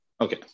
Okay